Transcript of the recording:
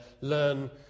learn